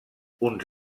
uns